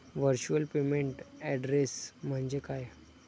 Virtual payment address म्हणजे काय?